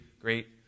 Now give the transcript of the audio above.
great